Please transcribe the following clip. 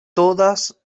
todas